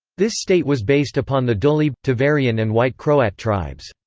this state was based upon the dulebe, tiverian and white croat tribes.